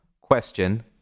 question